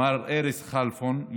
מר ארז כלפון,